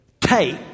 take